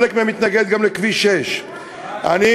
חלק מהם גם התנגד לכביש 6. גם אנחנו.